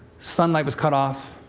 sunlight was cut off,